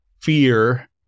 fear